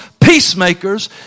peacemakers